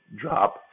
drop